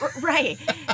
Right